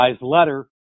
letter